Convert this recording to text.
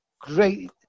great